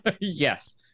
Yes